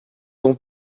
ton